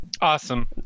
Awesome